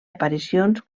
aparicions